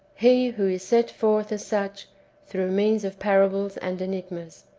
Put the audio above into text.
he who is set forth as such through means of parables and enigmas.